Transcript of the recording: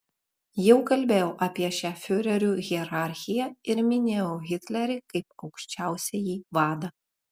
jau kalbėjau apie šią fiurerių hierarchiją ir minėjau hitlerį kaip aukščiausiąjį vadą